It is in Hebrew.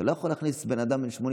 אתה לא יכול להכניס בן אדם בן 80